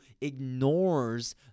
ignores